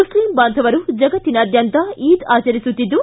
Muslim ಬಾಂಧವರು ಜಗತ್ತಿನಾದ್ಯಂತ ಈದ್ ಆಚರಿಸುತ್ತಿದ್ದು